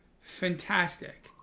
fantastic